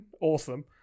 awesome